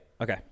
Okay